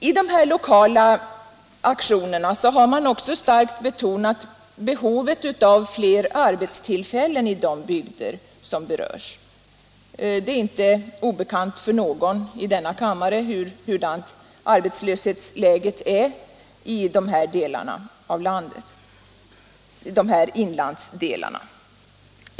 I de lokala aktionerna har man också starkt betonat behovet av fler arbetstillfällen i de bygder som berörs. Det är inte obekant för någon i denna kammare hur arbetslöshetsläget är i dessa inlandsdelar.